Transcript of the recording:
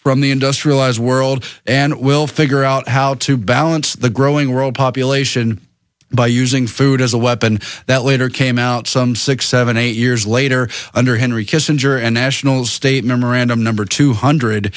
from the industrialized world and will figure out how to balance the growing world population by using food as a weapon that later came out some six seven eight years later under henry kissinger and national state memorandum number two hundred